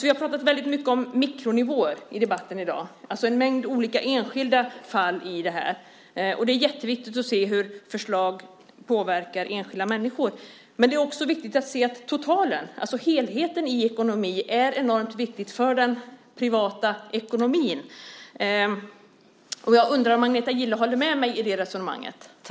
Vi har pratat väldigt mycket om mikronivåer i debatten i dag, alltså en mängd olika enskilda fall. Det är jätteviktigt att se hur förslag påverkar enskilda människor. Men det är också viktigt att se att totalen, alltså helheten i ekonomin, är enormt viktig för den privata ekonomin. Jag undrar om Agneta Gille håller med mig i det resonemanget.